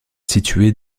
située